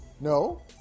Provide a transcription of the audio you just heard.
No